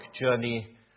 journey